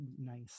nice